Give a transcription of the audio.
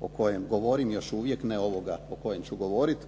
o kojem govorim još uvijek, ne ovoga o kojem ću govoriti